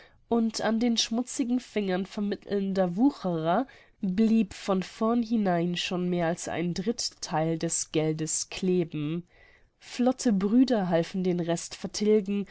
und an den schmutzigen fingern vermittelnder wucherer blieb von vornhinein schon mehr als ein dritttheil des geldes kleben flotte brüder halfen den rest vertilgen